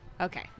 okay